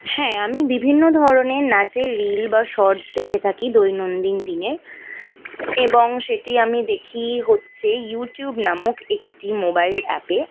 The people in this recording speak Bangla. হ্যাঁ আমি বিভিন্ন ধরনের নাচের রিল বা শটস দেখে থাকি দৈনন্দিন দিনে এবং সেটি আমি দেখি হচ্ছে ইউটিউব নামক একটি মোবাইল অ্যাপে